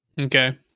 Okay